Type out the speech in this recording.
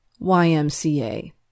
YMCA